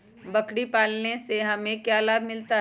बकरी पालने से हमें क्या लाभ मिलता है?